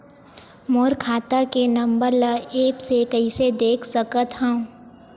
मोर खाता के नंबर ल एप्प से कइसे देख सकत हव?